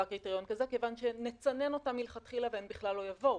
קריטריון כזה כיוון שנצנן אותן מלכתחילה והן בכלל לא יבואו.